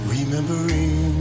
Remembering